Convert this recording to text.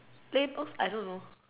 labels I don't know